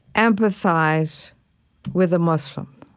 empathize with a muslim?